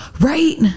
right